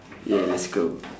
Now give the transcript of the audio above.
ya let's go